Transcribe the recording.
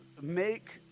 make